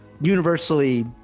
universally